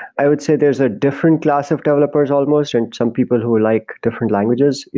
i would say there's a different class of developers almost, and some people who are like different languages,